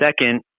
Second